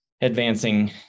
advancing